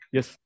Yes